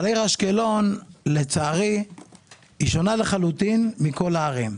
לצערי, העיר אשקלון שונה לחלוטין מכל הערים.